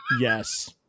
Yes